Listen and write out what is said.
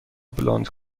بلوند